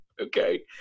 Okay